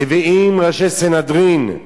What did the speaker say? נביאים, ראשי סנהדרין,